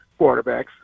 quarterbacks